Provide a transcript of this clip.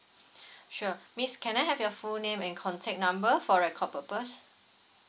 sure miss can I have your full name and contact number for record purpose